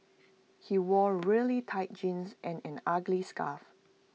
he wore really tight jeans and an ugly scarf